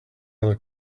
other